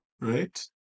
right